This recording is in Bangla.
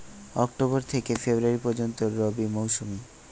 অক্টোবর থেকে ফেব্রুয়ারি পর্যন্ত রবি মৌসুম